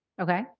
Okay